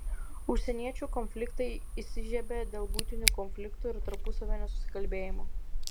užsieniečių konfliktai įsižiebia dėl buitinių konfliktų ir tarpusavio nesusikalbėjimo